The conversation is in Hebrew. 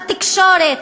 התקשורת.